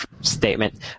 statement